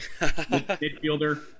midfielder